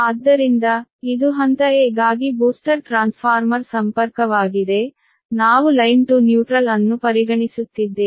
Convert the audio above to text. ಆದ್ದರಿಂದ ಇದು ಹಂತ a ಗಾಗಿ ಬೂಸ್ಟರ್ ಟ್ರಾನ್ಸ್ಫಾರ್ಮರ್ ಸಂಪರ್ಕವಾಗಿದೆ ನಾವು ಲೈನ್ ಟು ನ್ಯೂಟ್ರಲ್ ಅನ್ನು ಪರಿಗಣಿಸುತ್ತಿದ್ದೇವೆ